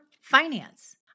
finance